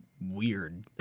weird